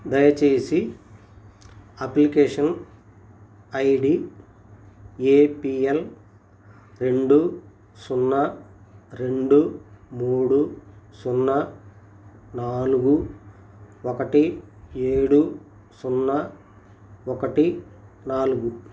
దయచేసి application I D A P L రెండు సున్నా రెండు మూడు సున్నా నాలుగు ఒకటి ఏడు సున్నా ఒకటి నాలుగు